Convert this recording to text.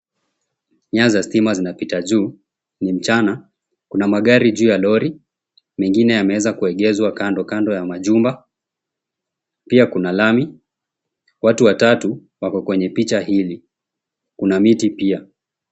Nyaya za stima zinapita juu, ni mchana. Kuna magari juu ya lori, mengine yameweza kuegezwa kando kando ya majumba. Pia kuna lami. Watu watatu wako kwenye picha hili. Kuna miti pia.